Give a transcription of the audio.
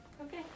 Okay